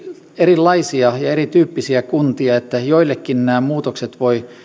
erilaisia ja erityyppisiä kuntia niin joillekin nämä muutokset voivat